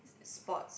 sports